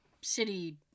city